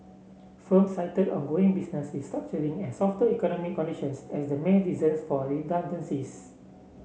firms cited ongoing business restructuring and softer economic conditions as the main reasons for redundancies